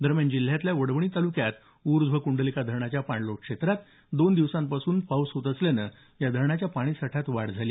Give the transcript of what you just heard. दरम्यान जिल्ह्यातल्या वडवणी ताल्क्यात ऊर्ध्व कुंडलिका धरणाच्या पाणलोट क्षेत्रात दोन दिवसांपासून जोरदार पाऊस पडत असल्यानं या धरणाच्या पाणी साठ्यात कमालीची वाढ झाली